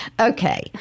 Okay